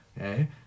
Okay